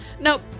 Nope